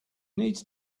needs